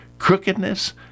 crookedness